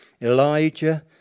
Elijah